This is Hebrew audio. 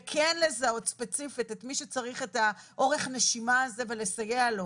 וכן לזהות ספציפית את מי שצריך את אורך הנשימה הזה ולסייע לו.